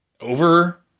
over